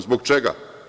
Zbog čega?